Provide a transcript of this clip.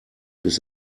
bis